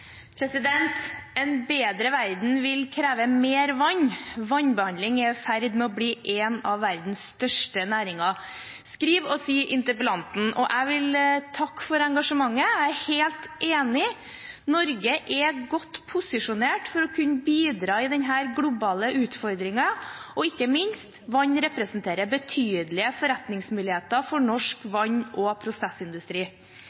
bli en av verdens største næringer», skriver og sier interpellanten, og jeg vil takke for engasjementet. Jeg er helt enig. Norge er godt posisjonert for å kunne bidra i denne globale utfordringen, og ikke minst representerer vann betydelige forretningsmuligheter for norsk vann- og prosessindustri.